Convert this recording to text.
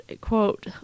quote